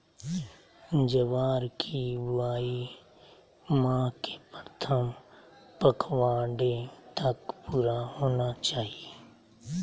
ज्वार की बुआई माह के प्रथम पखवाड़े तक पूरा होना चाही